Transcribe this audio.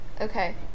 Okay